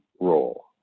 role